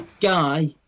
guy